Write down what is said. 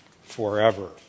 forever